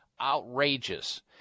outrageous